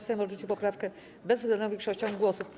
Sejm odrzucił poprawkę bezwzględną większością głosów.